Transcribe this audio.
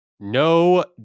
No